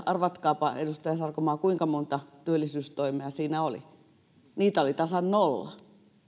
arvatkaapa edustaja sarkomaa kuinka monta työllisyystoimea siinä oli niitä oli tasan nolla